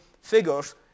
figures